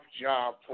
job